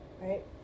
right